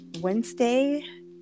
Wednesday